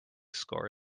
score